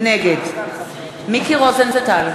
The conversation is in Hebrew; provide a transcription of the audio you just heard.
נגד מיקי רוזנטל,